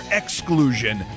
exclusion